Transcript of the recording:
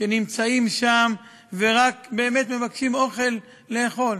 שנמצאים שם ורק באמת מבקשים אוכל לאכול.